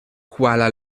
kuala